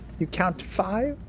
you count five,